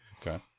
Okay